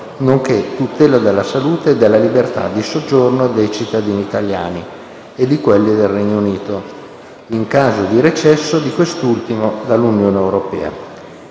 nonché tutela della salute e della libertà di soggiorno dei cittadini italiani e di quelli del Regno Unito, in caso di recesso di quest'ultimo dall'Unione europea,